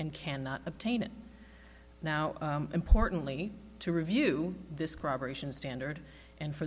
and cannot obtain it now importantly to review this crime variations standard and for